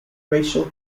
racial